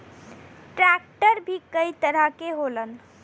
tractor भी कई तरह के होलन